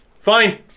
Fine